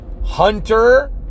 Hunter